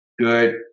good